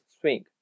swing